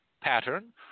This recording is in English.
pattern